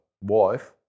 wife